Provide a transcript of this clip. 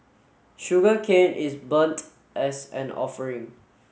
sugarcane is burnt as an offering